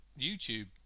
YouTube